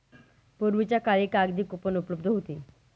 पूर्वीच्या काळी कागदी कूपन उपलब्ध होती